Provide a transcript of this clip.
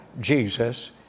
Jesus